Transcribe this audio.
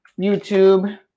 YouTube